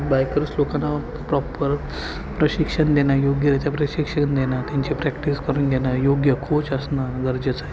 bikers लोकांना proper प्रशिक्षण देणं योग्यरीत्या प्रशिक्षण देणं त्यांची प्रॅक्टिस करून घेणं योग्य कोच असणं गरजेचं आहे